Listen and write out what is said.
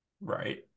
Right